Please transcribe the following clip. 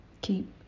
Keep